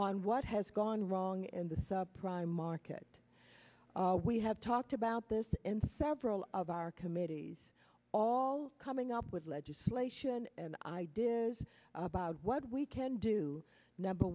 on what has gone wrong in the subprime market we have talked about this in several of our committees all coming up with legislation and ideas about what we can do number